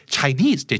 Chinese